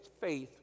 faith